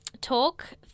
Talk